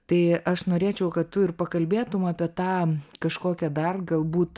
tai aš norėčiau kad tu ir pakalbėtum apie tą kažkokią dar galbūt